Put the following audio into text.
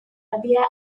arabia